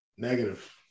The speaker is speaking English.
negative